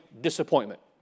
disappointment